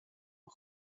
een